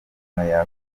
yakwirinda